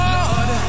Lord